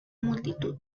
multitud